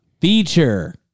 feature